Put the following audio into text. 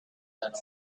that